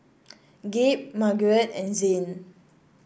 Gabe Margarete and Zhane